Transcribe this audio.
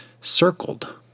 circled